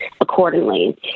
accordingly